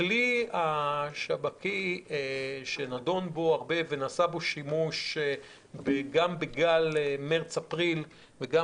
הכלי של השב"כ שנדון בו הרבה ונעשה בו שימוש גם בגל מרץ-אפריל וגם